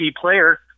player